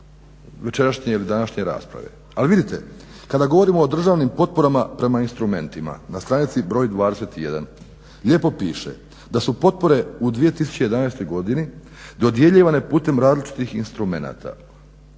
večerašnje ili današnje rasprave. Ali vidite, kada govorimo o državnim potporama prema instrumentima na stranici broj 21 lijepo piše da su potpore u 2011.godini dodjeljivanje putem različitih instrumenata